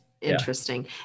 Interesting